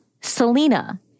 Selena